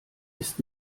ist